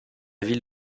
ville